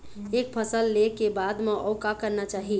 एक फसल ले के बाद म अउ का करना चाही?